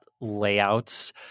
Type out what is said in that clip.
layouts